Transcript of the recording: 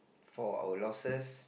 for our losses